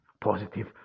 positive